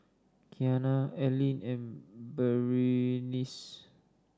Kianna Aline and Berenice